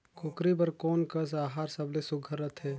कूकरी बर कोन कस आहार सबले सुघ्घर रथे?